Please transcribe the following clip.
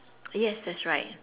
yes that's right